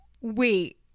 Wait